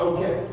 Okay